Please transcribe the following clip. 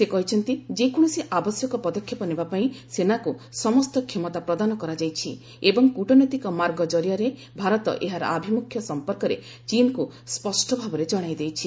ସେ କହିଛନ୍ତି ଯେକୌଣସି ଆବଶ୍ୟକ ପଦକ୍ଷେପ ନେବାପାଇଁ ସେନାକୁ ସମସ୍ତ କ୍ଷମତା ପ୍ରଦାନ କରାଯାଇଛି ଏବଂ କୂଟନୈତିକ ମାର୍ଗ କରିଆରେ ଭାରତ ଏହାର ଆଭିମୁଖ୍ୟ ସମ୍ପର୍କରେ ଚୀନ୍କୁ ସ୍ୱଷ୍ଟଭାବରେ ଜଣାଇଦେଇଛି